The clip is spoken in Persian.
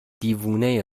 دیوونه